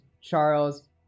Charles